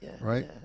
Right